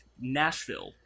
Nashville